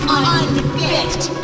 unfit